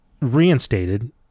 reinstated